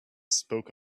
spoke